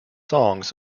songs